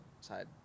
side